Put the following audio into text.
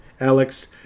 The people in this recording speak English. Alex